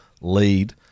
lead